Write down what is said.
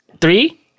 three